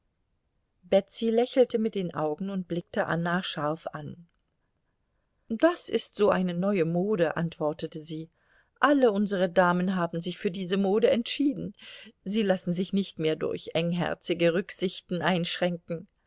lächelte mit den augen und blickte anna scharf an das ist so eine neue mode antwortete sie alle unsere damen haben sich für diese mode entschieden sie lassen sich nicht mehr durch engherzige rücksichten einschränken